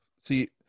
See